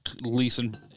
leasing